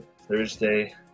Thursday